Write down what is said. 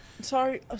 Sorry